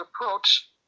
approach